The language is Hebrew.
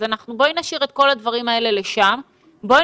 בואי נשאיר את כל הדברים האלה לשם ובואי